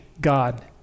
God